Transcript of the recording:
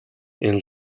энэ